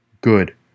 Good